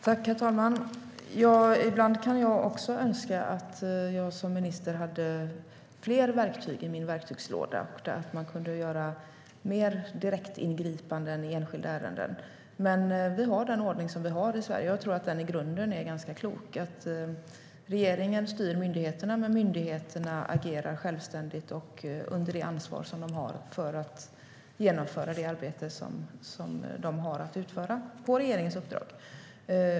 Herr talman! Ibland kan jag önska att jag som minister hade fler verktyg i min verktygslåda och att jag kunde göra direktingripanden i enskilda ärenden. Men vi har den ordning som vi har i Sverige, och jag tycker att den i grunden är ganska klok. Regeringen styr myndigheterna, men myndigheterna agerar självständigt och under ansvar för att genomföra det arbete de har att genomföra på regeringens uppdrag.